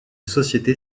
société